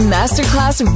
Masterclass